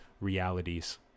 realities